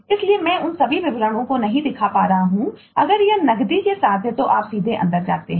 इसलिए मैं उन सभी विवरणों को नहीं दिखा रहा हूं और अगर यह नकदी के साथ है तो आप सीधे अंदर जाते हैं